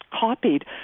copied